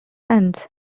ends